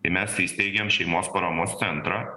kai mes įsteigėm šeimos paramos centrą